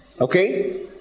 okay